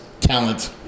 talent